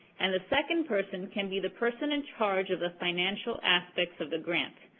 and the second person can be the person in charge of the financial aspects of the grant,